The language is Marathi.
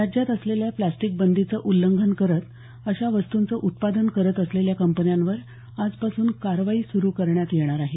राज्यात असलेल्या प्रॅस्टिक बंदीचं उछंघन करत अशा वस्तूंचं उत्पादन करत असलेल्या कंपन्यांवर आजपासून कारवाई सुरू करण्यात येणार आहे